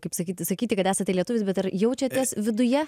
kaip sakyt sakyti kad esate lietuvis bet ar jaučiatės viduje